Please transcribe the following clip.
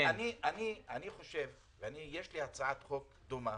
לי הצעת חוק דומה